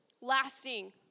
lasting